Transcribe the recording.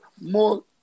more